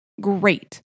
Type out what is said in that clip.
great